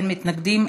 אין מתנגדים,